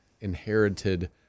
inherited